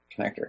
connector